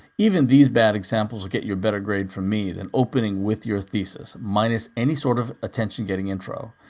even these bad examples will get you a better grade from me than opening with your thesis minus any sort of attention-getting intro.